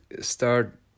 start